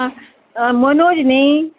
आं मनोज न्ही